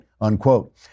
unquote